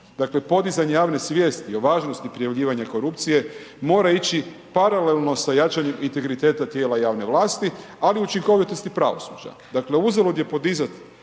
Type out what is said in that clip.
Dakle podizanje javne svijesti o važnosti prijavljivanja korupcije mora ići paralelno sa jačanjem integriteta tijela javne vlasti ali i učinkovitosti pravosuđa. Dakle uzalud je podizati